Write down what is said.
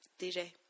DJ